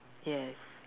yes